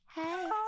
Hey